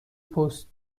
پست